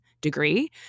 degree